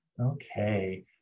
Okay